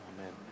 Amen